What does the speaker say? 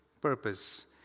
purpose